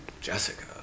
Jessica